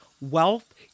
wealth